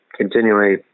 continually